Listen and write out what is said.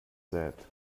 sät